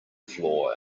floor